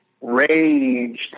raged